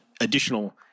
additional